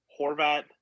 Horvat